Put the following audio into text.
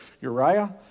Uriah